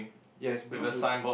yes blue bl~